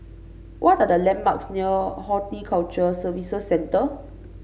what are the landmarks near Horticulture Services Centre